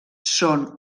són